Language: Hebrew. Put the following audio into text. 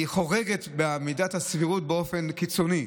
היא חורגת ממידת הסבירות באופן קיצוני.